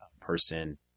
person